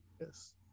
yes